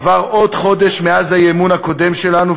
עבר עוד חודש מאז האי-אמון הקודם שלנו,